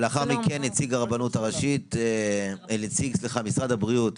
אחריו נציג משרד הבריאות.